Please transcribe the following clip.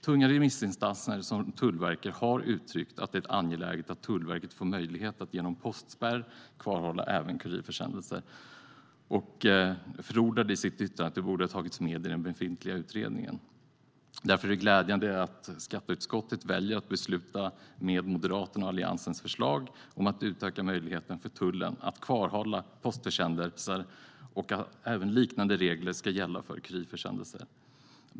Tunga remissinstanser som Tullverket har uttryckt att det är angeläget att Tullverket får möjlighet att genom postspärr kvarhålla även kurirförsändelser och förordade i sitt yttrande att det borde ha tagits med i den befintliga utredningen. Därför är det glädjande att skatteutskottet väljer att besluta i enlighet med Moderaternas och Alliansens förslag om att utöka möjligheten för tullen att kvarhålla postförsändelser och att liknande regler även ska gälla för kurirförsändelser.